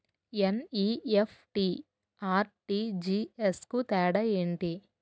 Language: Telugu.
ఎన్.ఈ.ఎఫ్.టి, ఆర్.టి.జి.ఎస్ కు తేడా ఏంటి?